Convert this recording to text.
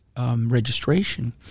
registration